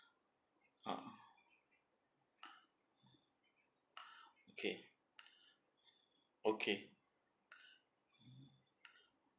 ah okay okay